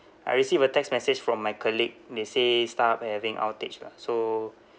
I received a text message from my colleague they say starhub having outage lah so